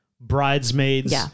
Bridesmaids